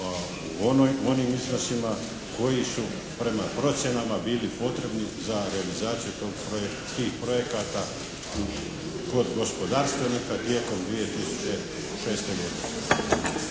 onim iznosima koji su prema procjenama bili potrebni za realizaciju tih projekata kod gospodarstvenika tijekom 2006.